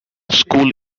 school